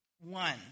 One